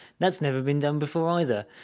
that's never been done before either!